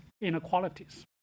inequalities